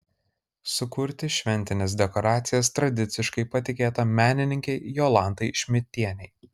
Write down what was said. sukurti šventines dekoracijas tradiciškai patikėta menininkei jolantai šmidtienei